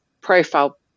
profile